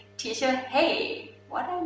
teacher hey, what